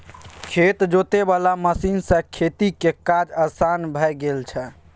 खेत जोते वाला मशीन सँ खेतीक काज असान भए गेल छै